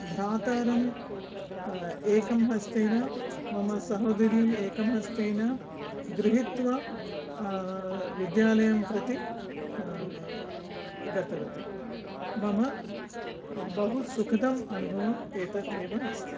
भ्रातरं एकं हस्तेन मम सहोदरीं एकं हस्तेन गृहित्वा विद्यालयं प्रति गतवती मम बहु सुखदं अनुभवं एतत् एव अस्ति